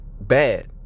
bad